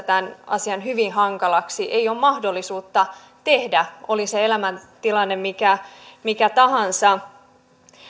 tämän asian hyvin hankalaksi ei ole mahdollisuutta tehdä oli se elämäntilanne mikä mikä tahansa